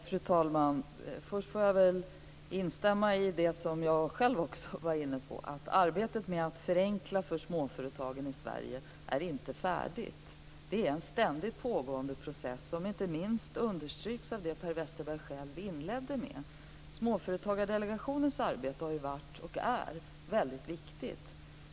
Fru talman! Först får jag väl instämma i det som jag själv också var inne på, nämligen att arbetet med att förenkla för småföretagen i Sverige inte är färdigt. Det är en ständigt pågående process som inte minst understryks av det som Per Westerberg själv inledde med. Småföretagsdelegationens arbete har ju varit, och är, väldigt viktigt.